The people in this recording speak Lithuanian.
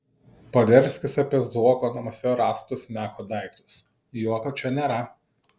poderskis apie zuoko namuose rastus meko daiktus juoko čia nėra